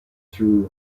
through